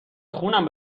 خونم